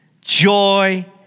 joy